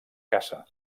caça